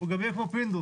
גם אין פה פינדרוס.